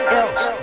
else